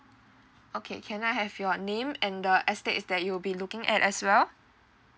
okay can I have your name and the estates that you'll be looking at as well